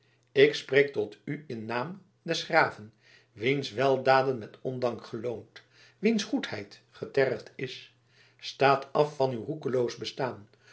ik spreek tot u in naam des graven wiens weldaden met ondank geloond wiens goedheid getergd is staat af van uw roekeloos bestaan